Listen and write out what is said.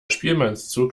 spielmannszug